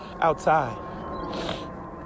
outside